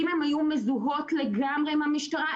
אם הן היו מזוהות לגמרי עם המשטרה,